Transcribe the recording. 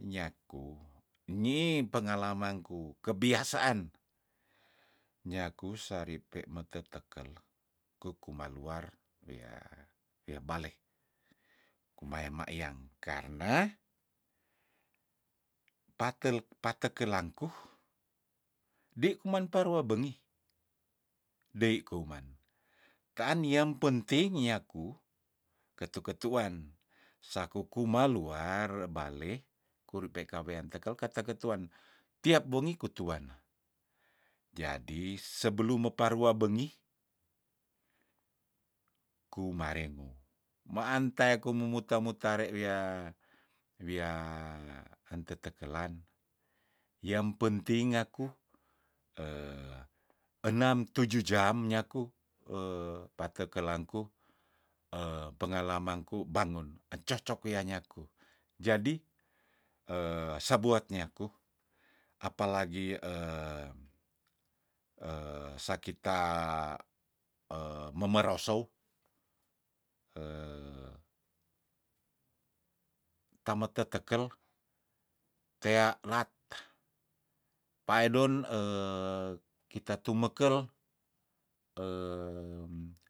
nyaku nyii pengalamangku kebiasaan nyaku saripe metetekel kukuma luar yah yabaleh kumaya mayang karna patel patekelangku dei kuman parua bengih dei kuman taan yang penting nyaku ketu ketuan sakou kumaluar bale kuri pe kawean tekel kata ketuan tiap bongi kutuanna jadi sebelum meparua bengih kumarengou maantea kumumuta mutare wiah wiah entetekelan yang penting aku enam tuju jam nyaku patekelangku pengalamangku bangun encocok wean nyaku jadi sabuat nyaku apa lagi sakita memerosou tamotetekel tea lat taedon kita tumekel